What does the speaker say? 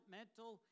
mental